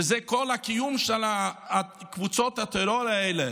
שזה כל הקיום של קבוצות הטרור האלה.